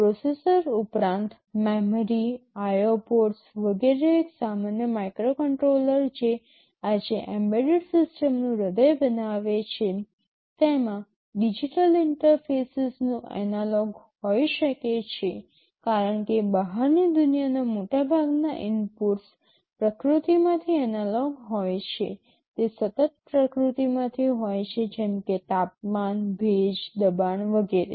processor ઉપરાંત memory IO ports વગેરે એક સામાન્ય માઇક્રોકન્ટ્રોલર જે આજે એમ્બેડેડ સિસ્ટમનું હૃદય બનાવે છે તેમાં ડિજિટલ ઇન્ટરફેસીસનું એનાલોગ હોઈ શકે છે કારણ કે બહારની દુનિયાના મોટાભાગના ઇનપુટ્સ પ્રકૃતિમાંથી એનાલોગ હોય છે તે સતત પ્રકૃતિમાંથી હોય છે જેમ કે તાપમાન ભેજ દબાણ વગેરે